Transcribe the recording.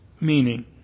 meaning